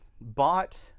bought